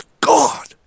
God